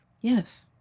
Yes